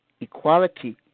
Equality